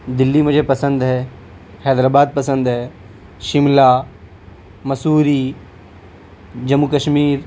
دلی مجھے پسند ہے حیدر آباد پسند ہے شملہ مسوری جموں کشمیر